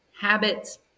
habits